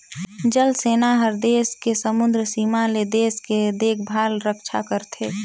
जल सेना हर देस के समुदरर सीमा ले देश के देखभाल रक्छा करथे